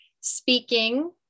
speaking